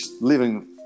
living